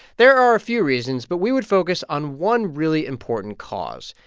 there are a few reasons, but we would focus on one really important cause,